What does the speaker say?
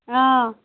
অঁ